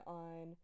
on